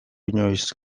inoiz